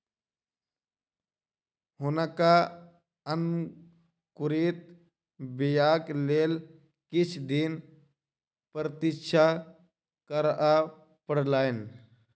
हुनका अंकुरित बीयाक लेल किछ दिन प्रतीक्षा करअ पड़लैन